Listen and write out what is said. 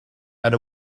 and